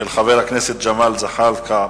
של חבר הכנסת ג'מאל זחאלקה,